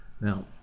Now